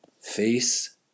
Face